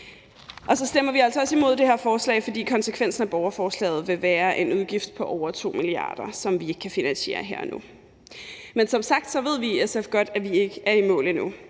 Og så stemmer vi altså også imod det her forslag, fordi konsekvensen af borgerforslaget vil være en udgift på over 2 mia. kr., som vi ikke kan finansiere her og nu. Men som sagt ved vi i SF godt, at vi ikke er i mål endnu.